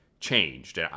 changed